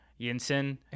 Yinsen